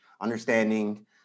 understanding